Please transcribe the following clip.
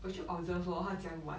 我就 observe lor 他怎样玩